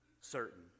certain